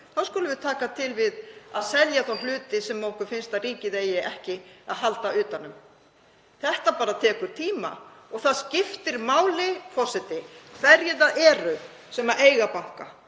þá skulum við taka til við að selja þá hluti sem okkur finnst að ríkið eigi ekki að halda utan um. Þetta tekur tíma. Það skiptir máli, forseti, hverjir það eru sem eiga banka.